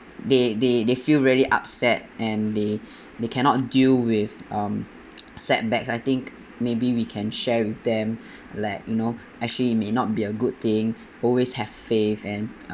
they they they feel really upset and they they cannot deal with um setbacks I think maybe we can share with them like you know actually it may not be a good thing always have faith and uh